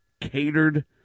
catered